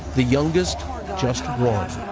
the youngest just